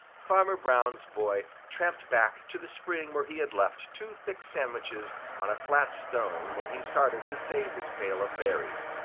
farmer brown's boy tramped back to the spring where he had left two thick sandwiches on a flat stone when he started to save his pail of berries.